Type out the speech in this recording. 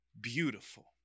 beautiful